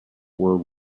were